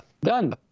Done